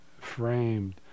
framed